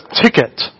ticket